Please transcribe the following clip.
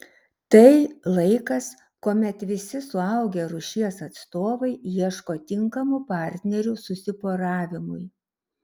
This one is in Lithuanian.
tai laikas kuomet visi suaugę rūšies atstovai ieško tinkamų partnerių susiporavimui